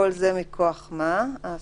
ומכוח מה זה?